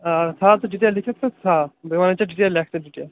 آ تھاو ژٕ ڈِٹیل لیٚکھِتھ تہٕ تھاو بہٕ ونے ژےٚ ڈِٹیل لیٚکھ ژٕ ڈِٹیل